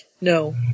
no